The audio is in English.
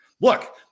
Look